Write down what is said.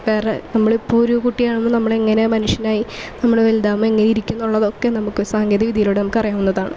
വേറെ നമ്മൾ ഇപ്പോൾ ഒരു കുട്ടിയാണെങ്കിൽ നമ്മൾ എങ്ങനെ മനുഷ്യനായി നമ്മൾ വലുതാകുമ്പോൾ എങ്ങനെ ഇരിക്കും എന്നുള്ളതൊക്കെ നമുക്ക് സാങ്കേതിക വിദ്യയിലൂടെ നമുക്ക് അറിയാവുന്നതാണ്